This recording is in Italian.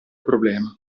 problema